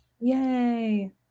yay